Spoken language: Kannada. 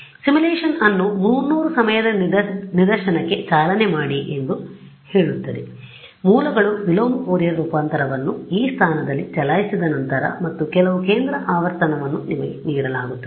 ಆದ್ದರಿಂದ ಸಿಮ್ಯುಲೇಶನ್ ಅನ್ನು 300 ಸಮಯದ ನಿದರ್ಶನಕ್ಕೆ ಚಾಲನೆ ಮಾಡಿ ಎಂದು ಹೇಳುತ್ತದೆ ಮೂಲಗಳು ವಿಲೋಮ ಫೋರಿಯರ್ ರೂಪಾಂತರವನ್ನು ಈ ಸ್ಥಾನದಲ್ಲಿ ಚಲಾಯಿಸಿದ ನಂತರ ಮತ್ತು ಕೆಲವು ಕೇಂದ್ರ ಆವರ್ತನವನ್ನು ನಿಮಗೆ ನೀಡಲಾಗುತ್ತದೆ